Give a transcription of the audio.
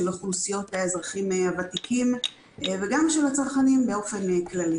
של אוכלוסיית האזרחים הוותיקים וגם של הצרכנים באופן כללי.